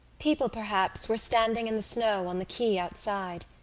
people, perhaps, were standing in the snow on the quay outside,